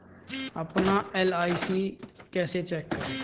अपना एल.आई.सी कैसे चेक करें?